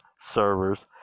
servers